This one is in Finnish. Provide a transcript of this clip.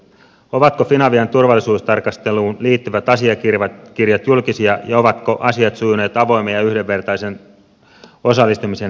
ovatko finavian turvallisuustarkasteluun liittyvät asiakirjat julkisia ja ovatko asiat sujuneet avoimen ja yhdenvertaisen osallistumisen hengessä